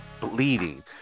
bleeding